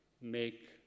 make